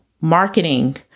marketing